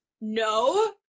no